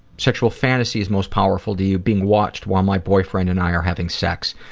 sexual fantasies most powerful to you being watched while my boyfriend and i are having sex.